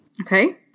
Okay